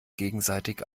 gegenseitig